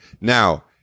Now